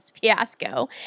fiasco